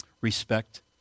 Respect